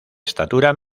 estatura